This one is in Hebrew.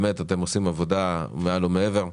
באמת אתם עושים עבודה מעל ומעבר.